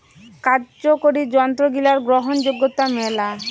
কার্যকরি যন্ত্রগিলার গ্রহণযোগ্যতা মেলা